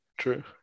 True